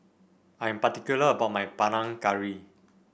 I am particular about my Panang Curry